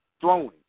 throwing